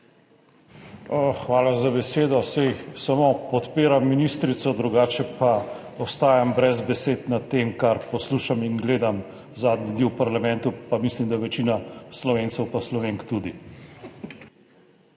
Hvala za besedo. Saj samo podpiram ministrico, drugače pa ostajam brez besed nad tem, kar poslušam in gledam zadnje dni v parlamentu, pa mislim, da večina Slovencev pa Slovenk tudi.